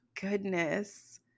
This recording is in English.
goodness